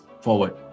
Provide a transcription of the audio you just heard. forward